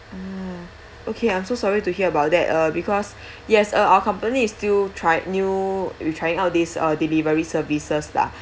oh okay I'm so sorry to hear about that uh because yes uh our accompanies is still try new we trying out these uh delivery services lah